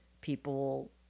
people